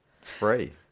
free